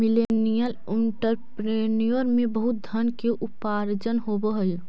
millennial entrepreneur में बहुत धन के उपार्जन होवऽ हई